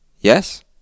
Yes